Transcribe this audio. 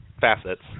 facets